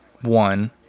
One